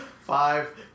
Five